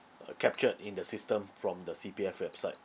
uh captured in the system from the C_P_F website